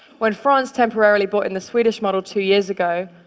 when france temporarily brought in the swedish model two years ago,